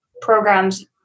programs